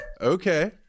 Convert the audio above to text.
Okay